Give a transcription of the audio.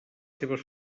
seves